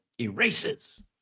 erases